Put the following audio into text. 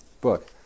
book